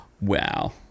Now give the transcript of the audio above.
Wow